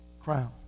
Crown